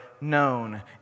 known